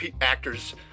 actors